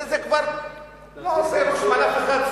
זה כבר לא עושה רושם על אף אחד.